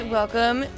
welcome